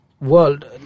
world